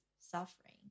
suffering